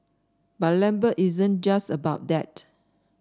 but Lambert isn't just about that